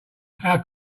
how